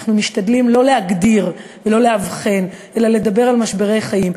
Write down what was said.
אנחנו משתדלים לא להגדיר ולא לאבחן אלא לדבר על משברי חיים.